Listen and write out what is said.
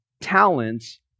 talents